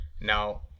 now